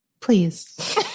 please